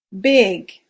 Big